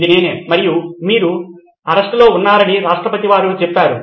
ఇది నేనే మరియు మీరు అరెస్టులో ఉన్నారని రాష్ట్ర అధిపతి వారు చెప్పారు